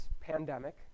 pandemic